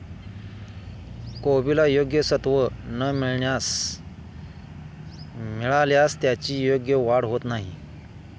कोबीला योग्य सत्व न मिळाल्यास त्याची योग्य वाढ होत नाही